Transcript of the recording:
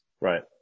Right